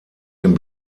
den